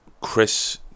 Chris